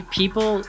people